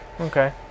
okay